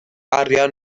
arian